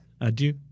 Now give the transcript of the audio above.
adieu